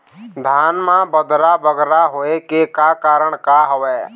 धान म बदरा बगरा होय के का कारण का हवए?